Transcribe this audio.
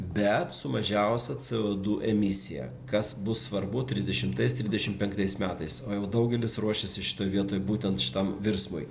bet su mažiausia co du emisija kas bus svarbu trisdešimtais trisdešimt penktais metais o jau daugelis ruošiasi šitoj vietoj būtent šitam virsmui